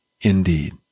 indeed